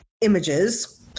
images